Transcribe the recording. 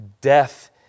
Death